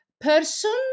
person